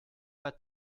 pas